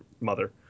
mother